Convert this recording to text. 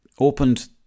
opened